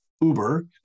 Uber